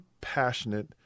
passionate